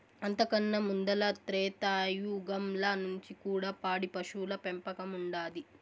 అంతకన్నా ముందల త్రేతాయుగంల నుంచి కూడా పాడి పశువుల పెంపకం ఉండాది